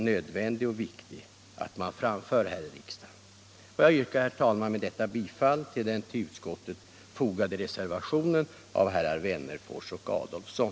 Jag yrkar, herr talman, med detta bifall till den till betänkandet fogade reservationen av herrar Wennerfors och Adolfsson.